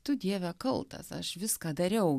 tu dieve kaltas aš viską dariau